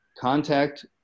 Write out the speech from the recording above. Contact